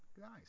Nice